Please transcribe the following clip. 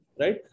right